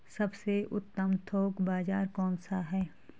सबसे उत्तम थोक बाज़ार कौन सा है?